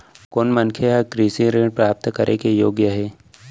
कोन मनखे ह कृषि ऋण प्राप्त करे के योग्य हे?